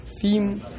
theme